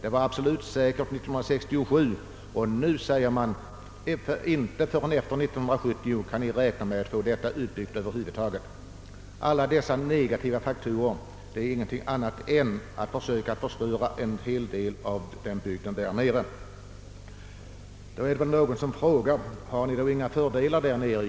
1967 skulle, hette det, arbetet absolut sättas i gång, men nu framhåller man att vi inte kan räkna med att få vägen utbyggd förrän efter 1970. Alla dessa negativa saker är ingenting annat än ett försök att förstöra en stor del av bygden. Då frågar kanske någon: Finns det inga fördelar där nere?